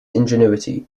ingenuity